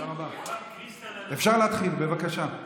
אפשר להתחיל, בבקשה.